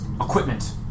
equipment